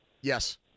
Yes